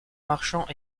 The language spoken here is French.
marchand